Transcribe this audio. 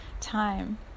time